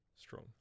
strong